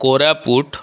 Koraput